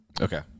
Okay